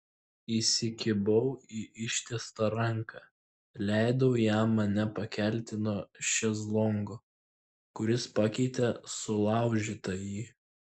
įsikibau į ištiestą ranką leidau jam mane pakelti nuo šezlongo kuris pakeitė sulaužytąjį